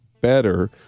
better